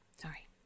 Sorry